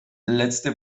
letzte